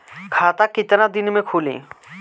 खाता कितना दिन में खुलि?